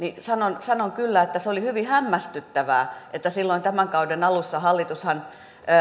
sanon sanon kyllä että se oli hyvin hämmästyttävää että silloin tämän kauden alussa hallitushan